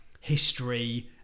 history